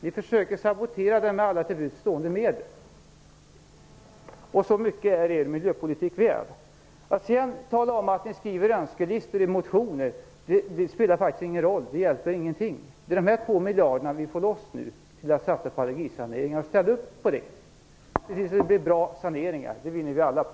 Ni försöker att sabotera det hela med alla till buds stående medel. Så mycket är er miljöpolitik värd. Att ni sedan talar om att ni skriver önskelistor i motioner spelar ingen roll. Det hjälper ingenting. Ställ upp på dessa 2 miljarder som vi nu får loss till allergisaneringar! Se till att det blir bra saneringar, det vinner vi alla på!